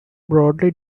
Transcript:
broadly